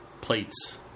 plates